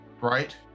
right